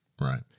right